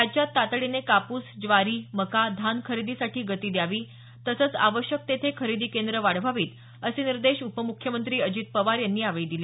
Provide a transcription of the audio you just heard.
राज्यात तातडीने कापूस ज्वारी मका धान खरेदीसाठी गती द्यावी तसंच आवश्यक तेथे खरेदी केंद्र वाढवावीत असे निर्देश उपमुख्यमंत्री अजित पवार यांनी यावेळी दिले